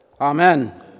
Amen